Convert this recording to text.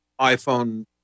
iPhone